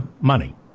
money